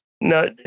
No